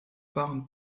waren